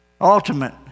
Ultimate